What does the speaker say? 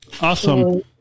Awesome